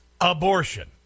abortion